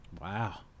Wow